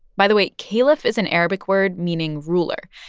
by the way, caliph is an arabic word meaning ruler,